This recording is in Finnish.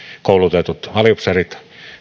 koulutetut aliupseerit